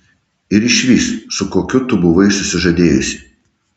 ir išvis su kokiu tu buvai susižadėjusi